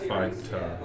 Fighter